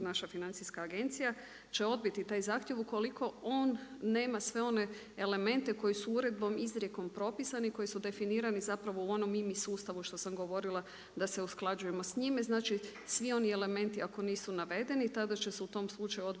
naša financijska agencija će odbiti taj zahtjev ukoliko on nema sve one elemente koji su uredbom, izrijekom propisani koji su definirani u onom IMI sustavu što sam govorila da se usklađujemo s njime. Znači svi oni elementi ako nisu navedeni tada će se u tom slučaju odbiti zahtjev